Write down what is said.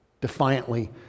Defiantly